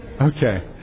Okay